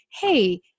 Hey